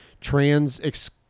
trans